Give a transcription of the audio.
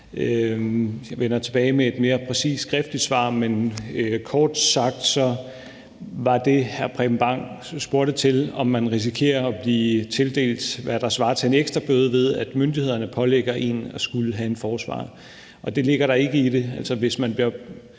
Jeg vender tilbage med et mere præcist skriftligt svar, men kort sagt var det, hr. Preben Bang Henriksen spurgte til, om man risikerer at blive tildelt, hvad der svarer til en ekstra bøde, ved at myndighederne pålægger en at skulle have en forsvarer. Det ligger der ikke i det.